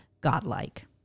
godlike